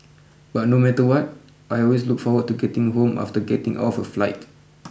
but no matter what I always look forward to getting home after getting off a flight